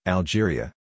Algeria